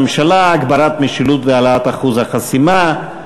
הממשלה (הגברת משילות והעלאת אחוז החסימה).